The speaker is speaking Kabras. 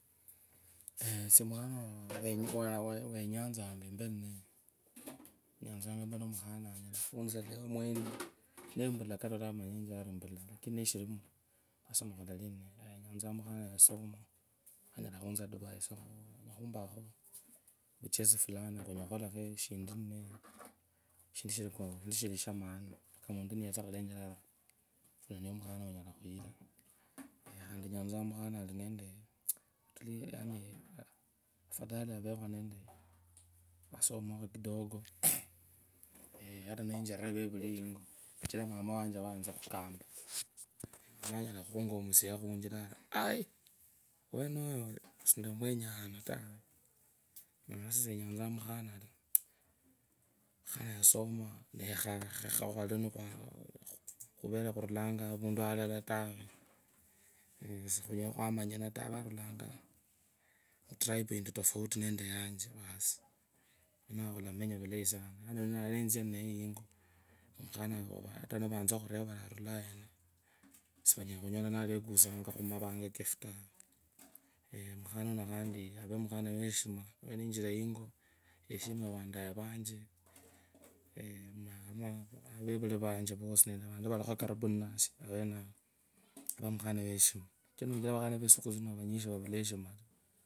Esie mukhana weyanzanga empee ninawyie nyatsang empee numukhana onyula khunzelewa mwene nempuka amanye tsa ari katoto shivula lakini neshilio khulalya eyanznga mukhana wasoma mukhana wasoma anyala khutsatuvaisiakho niyambakho vuchesi fulani. Khunyala khukholakha shindu ninaye shindushamaana kama muntu niyetsa khulechera ari wuno niye mukhana wunyala khuyira khandi eyanzanga mukhana alininendee afadhali avekho nendee asomekho kidogo ata nechirira awevuri yingokacjira mama wanje wayanza khukambaa. Anyala khumpe ndushira khuchira arari aiiii!!! Wenoyo sinamue ngaa yano taa alafu esie eyananya mukhona ekee arulanga mutribe yiti tofauti ninasie. Mukhana winoyo eree nende eshimu yeshime wandaye vanje vevuli vanje vusi nendee nende vantu vankho karipu awenao mukhunu we eshima kuchira niechera vukhana vetsisuku tsino vanyinji vavula heshima taa.